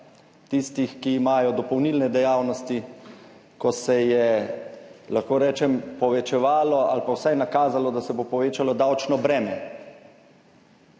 tistih, ki imajo dopolnilne dejavnosti, ko se je, lahko rečem, povečevalo ali pa vsaj nakazalo, da se bo povečalo davčno breme